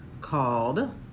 called